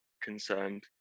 concerned